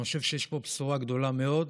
אני חושב שיש פה בשורה גדולה מאוד,